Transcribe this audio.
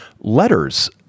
letters